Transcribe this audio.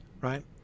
right